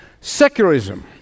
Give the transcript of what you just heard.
secularism